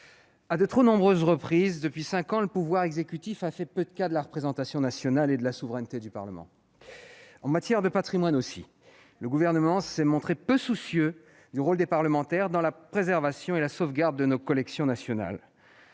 à de trop nombreuses reprises depuis cinq ans, le pouvoir exécutif a fait peu de cas de la représentation nationale et de la souveraineté du Parlement. En matière de patrimoine aussi, le Gouvernement s'est montré peu soucieux du rôle des parlementaires dans la préservation et la sauvegarde de nos collections nationales.